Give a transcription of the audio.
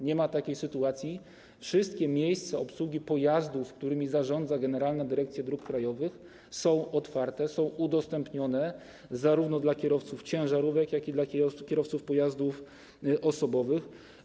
Nie ma takiej sytuacji, wszystkie miejsca obsługi pojazdów, którymi zarządza Generalna Dyrekcja Dróg Krajowych i Autostrad, są otwarte, są udostępnione zarówno kierowcom ciężarówek, jak i kierowcom pojazdów osobowych.